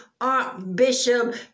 archbishop